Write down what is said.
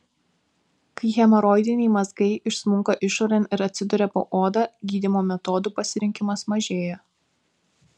kai hemoroidiniai mazgai išsmunka išorėn ir atsiduria po oda gydymo metodų pasirinkimas mažėja